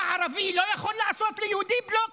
מה, ערבי לא יכול לעשות ליהודי בלוק?